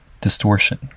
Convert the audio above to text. distortion